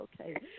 Okay